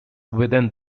within